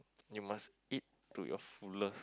you must eat to your fullest